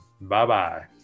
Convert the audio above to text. bye-bye